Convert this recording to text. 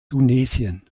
tunesien